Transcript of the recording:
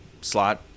slot